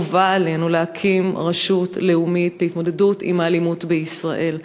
חובה עלינו להקים רשות לאומית להתמודדות עם האלימות בישראל,